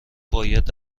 باید